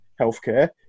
healthcare